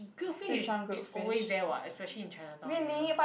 grilled fish is is always there what especially in chinatown area